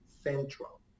central